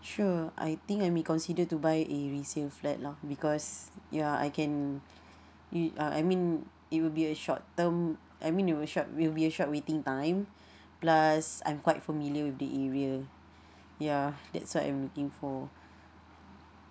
sure I think I may consider to buy a resale flat lah because ya I can uh I uh I mean it will be a short term I mean it will short will be a short waiting time plus I'm quite familiar with the area yeah that's what I'm looking for